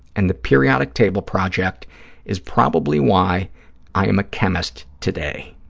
and the periodic table project is probably why i am a chemist today.